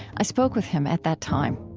i spoke with him at that time